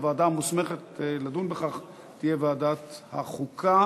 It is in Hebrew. הוועדה המוסמכת לדון בכך היא ועדת החוקה.